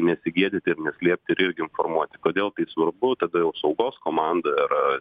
nesigėdyti ir neslėpti ir irgi informuoti kodėl tai svarbu tada jau apsaugos komanda ar